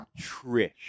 trish